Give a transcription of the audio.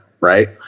right